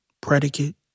predicate